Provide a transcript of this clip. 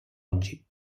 oggi